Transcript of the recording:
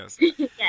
Yes